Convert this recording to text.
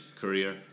career